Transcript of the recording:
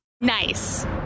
Nice